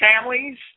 families